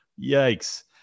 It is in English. Yikes